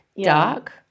dark